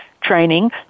training